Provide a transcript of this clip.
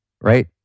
right